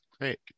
great